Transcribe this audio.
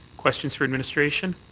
questions for administration?